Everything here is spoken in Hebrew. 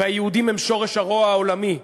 ו"היהודים הם שורש הרוע העולמי"